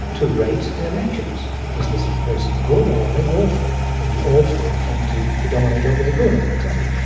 to rate their lecturers is this person good or are they awful? and the awful tend to predominate over the good, i can tell you.